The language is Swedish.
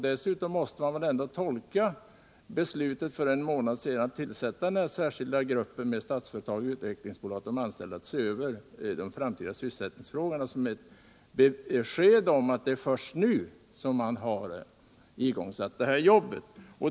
Dessutom måste man tolka beslutet för en månad sedan om att tillsätta den särskilda gruppen, med Statsföretag, Utvecklingsbolaget och de anställda, för att se över de framtida sysselsättningsfrågorna som ett besked om att det är först nu man har igångsatt detta jobb.